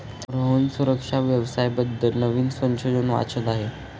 रोहन सुरक्षा व्यवसाया बद्दल नवीन संशोधन वाचत आहे